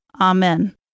Amen